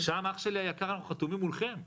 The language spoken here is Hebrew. ושם, אח שלי היקר, אנחנו חתומים מולכם.